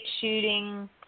shooting